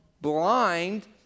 blind